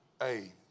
Hey